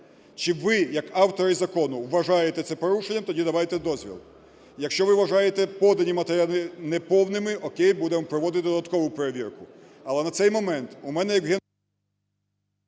Чи ви як автори закону вважаєте це порушенням, тоді давайте дозвіл; якщо ви вважаєте подані матеріали не повними, о'кей, будемо проводити додаткову перевірку. Але на цей момент у мене, як…